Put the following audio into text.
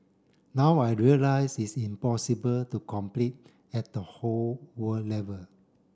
now I realise is impossible to complete at the whole world level